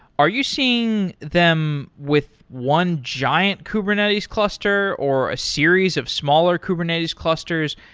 are you seeing them with one giant kubernetes cluster or a series of smaller kubernetes clusters?